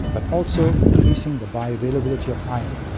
but also increasing the bioavailability of iron.